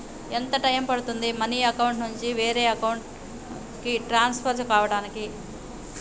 ఎంత టైం పడుతుంది money account నుంచి వేరే అకౌంట్ కి ట్రాన్స్ఫర్ కావటానికి?